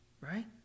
right